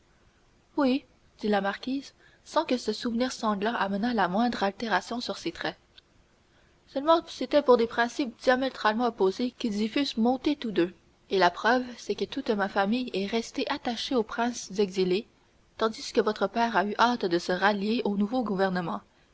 oui dit la marquise sans que ce souvenir sanglant amenât la moindre altération sur ses traits seulement c'était pour des principes diamétralement opposés qu'ils y fussent montés tous deux et la preuve c'est que toute ma famille est restée attachée aux princes exilés tandis que votre père a eu hâte de se rallier au nouveau gouvernement